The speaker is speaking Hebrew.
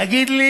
דב חנין,